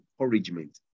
encouragement